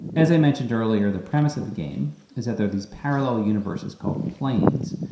as i mentioned earlier, the premise of the game is that there are these parallel universes called planes.